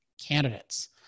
candidates